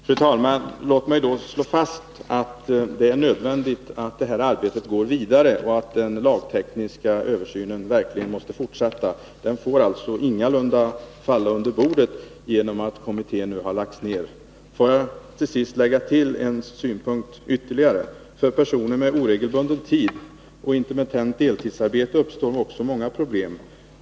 Fru talman! Låt mig då slå fast att det är nödvändigt att det här arbetet går vidare och att den lagtekniska översynen verkligen får fortsätta. Den får alltså inte falla under bordet på grund av att kommittén nu lagts ned. Får jag till sist anlägga ytterligare en synpunkt. För personer med oregelbunden arbetstid och intermittent deltidsarbete uppstår också många problem.